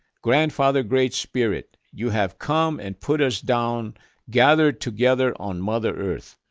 grandfather, great spirit, you have come and put us down gathered together on mother earth.